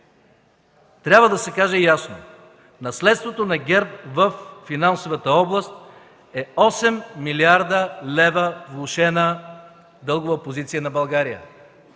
Трябва да се каже ясно: наследството на ГЕРБ във финансовата област е 8 млрд. лв. влошена дългова позиция на България